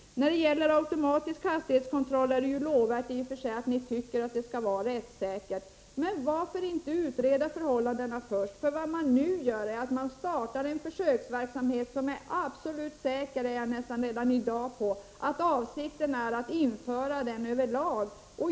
När det gäller automatisk hastighetskontroll är det också lovvärt att ni tycker att det skall vara rättssäkerhet i systemet. Men varför inte utreda förhållandena först? När man nu startar en försöksverksamhet, är jag redan i dag nästan absolut säker på att avsikten är att införa den överlag.